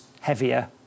heavier